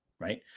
right